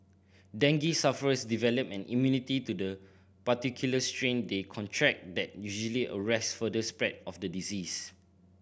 dengue sufferers develop an immunity to the particular strain they contract that usually arrest further spread of the disease